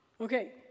Okay